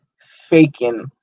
faking